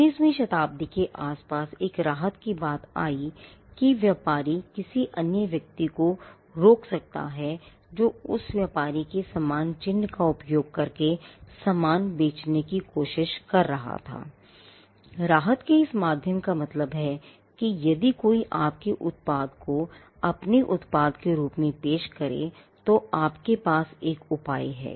19 वीं शताब्दी के आसपास एक राहत की बात आयी कि एक व्यापारी किसी अन्य व्यक्ति को रोक सकता है जो उस व्यापारी के समान चिह्न का उपयोग करके सामान बेचने की कोशिश कर रहा था राहत के इस माध्यम का मतलब है कि यदि कोई और आपके उत्पाद को अपने उत्पाद के रूप में पेश करे तो आपके पास एक उपाय है